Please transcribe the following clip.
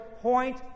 point